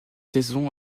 saison